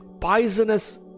Poisonous